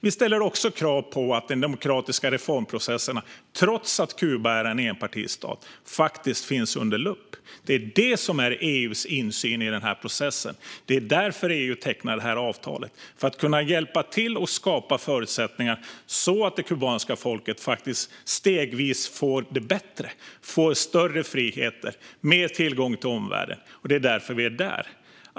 Vi ställer också krav på att den demokratiska reformprocessen, trots att Kuba är en enpartistat, hamnar under lupp. Det är EU:s insyn i denna process. EU har tecknat avtal för att hjälpa till att skapa förutsättningar så att det kubanska folket får det stegvis bättre, större frihet och mer tillgång till omvärlden.